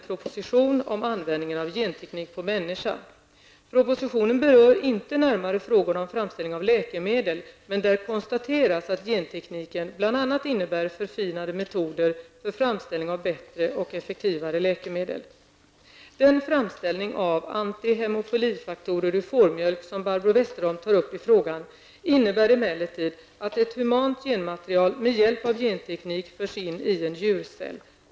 Propositionen berör inte närmare frågor om framställning av läkemedel, men där konstateras att gentekniken bl.a. innebär förfinade metoder för framställning av bättre och effektivare läkemedel. Den framställning av antihemofilifaktorer ur fårmjölk, som Barbro Westerholm tar upp i frågan, innebär emellertid att ett humant genmaterial med hjälp av genteknik förs in i en djurcell .